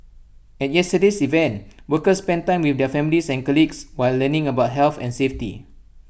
at yesterday's event workers spent time with their families and colleagues while learning about health and safety